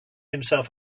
himself